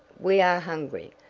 we are hungry,